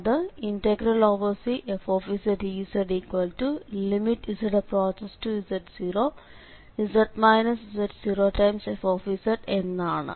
അത് Cfdzz→z0z z0f എന്നാണ്